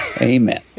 Amen